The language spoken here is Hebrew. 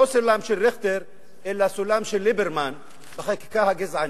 לא סולם ריכטר אלא סולם ליברמן בחקיקה הגזענית.